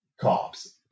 cops